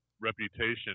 reputation